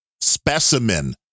specimen